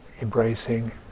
embracing